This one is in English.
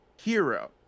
hero